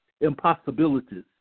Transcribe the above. impossibilities